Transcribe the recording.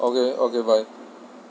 okay okay bye